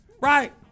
right